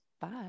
Bye